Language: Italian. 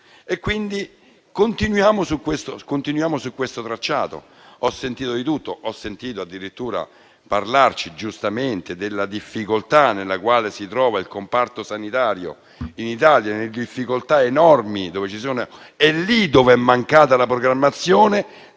Quindi, continuiamo su questo tracciato. Ho sentito di tutto, ho sentito addirittura parlarci, giustamente, della difficoltà nella quale si trova il comparto sanitario in Italia, difficoltà enormi. È lì dove è mancata la programmazione